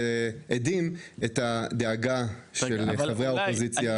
״צועק״ את הדאגה של חברי האופוזיציה.